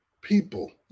people